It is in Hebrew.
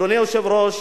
אדוני היושב-ראש,